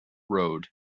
road